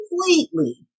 completely